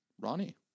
Ronnie